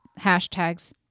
hashtags